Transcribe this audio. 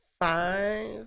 Five